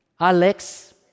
Alex